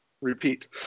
repeat